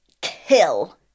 kill